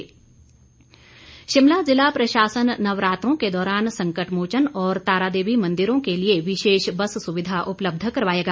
DC Shimla Shimla जिला प्रशासन नवरात्रों के दौरान संकट मोचन और तारादेवी मंदिरों के लिए विशेष बस सुविधा उपलब्ध करवाएगा